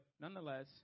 nonetheless